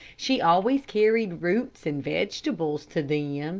she always carried roots and vegetables to them,